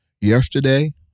yesterday